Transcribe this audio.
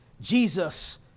Jesus